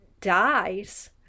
Dies